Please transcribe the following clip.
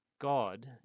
God